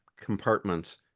compartments